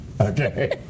Okay